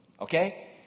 Okay